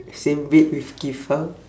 same weight with keith how